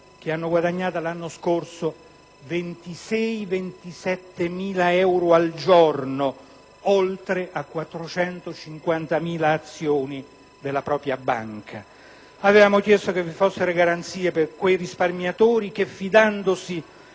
anno hanno guadagnato 26-27.000 euro al giorno, oltre a 450.000 azioni della propria banca. Avevamo chiesto che vi fossero garanzie per quei risparmiatori i quali, fidandosi